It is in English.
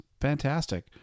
Fantastic